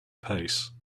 pace